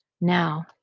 Now